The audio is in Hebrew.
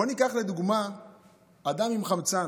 בוא ניקח לדוגמה אדם עם חמצן.